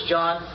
John